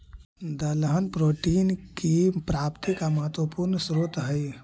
दलहन प्रोटीन की प्राप्ति का महत्वपूर्ण स्रोत हई